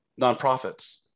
nonprofits